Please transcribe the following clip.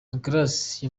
grace